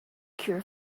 cure